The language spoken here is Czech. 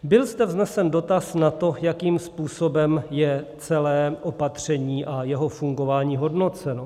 Byl zde vznesen dotaz na to, jakým způsobem je celé opatření a jeho fungování hodnoceno.